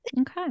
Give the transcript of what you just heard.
Okay